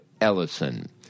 Ellison